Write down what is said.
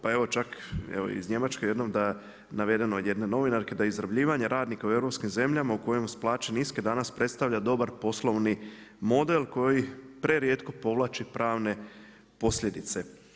Pa evo čak evo iz Njemačke jednom da navedem od jedne novinarke da izrabljivanje radnika u europskim zemljama u kojima su plaće niske danas predstavlja dobar poslovni model koji prerijetko povlači pravne posljedice.